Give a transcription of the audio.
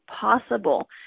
possible